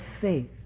faith